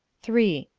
three.